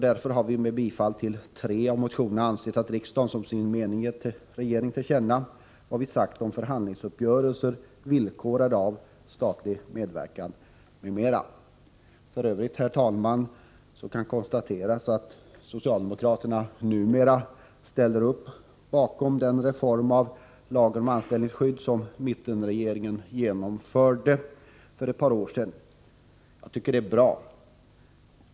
Därför har vi tillstyrkt bifall till tre av motionerna med krav på att riksdagen som sin mening ger regeringen till känna vad vi sagt om förhandlingsuppgörelser villkorade av statlig medverkan m.m. F. ö., herr talman, kan konstateras att socialdemokraterna numera ställer upp bakom den reform av lagen om anställningsskydd som mittenregeringen genomförde för ett par år sedan. Jag tycker det är bra.